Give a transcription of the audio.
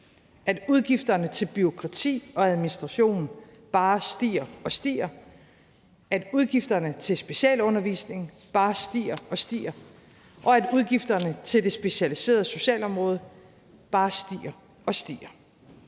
at udgifterne til bureaukrati og administration bare stiger og stiger, at udgifterne til specialundervisning bare stiger og stiger, og at udgifterne til det specialiserede socialområde bare stiger og stiger.